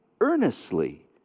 earnestly